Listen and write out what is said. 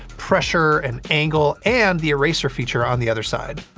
pressure, and angle, and the eraser feature on the other side.